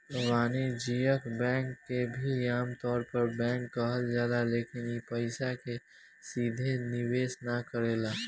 वाणिज्यिक बैंक के भी आमतौर पर बैंक कहल जाला लेकिन इ पइसा के सीधे निवेश ना करेला